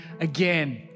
again